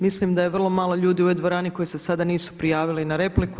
Mislim da je vrlo malo ljudi u ovoj dvorani koji se sada nisu prijavili na repliku.